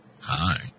Hi